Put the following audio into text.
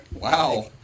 Wow